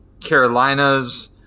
carolinas